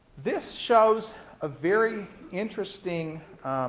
this shows a very interesting